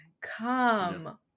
come